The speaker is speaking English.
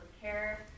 care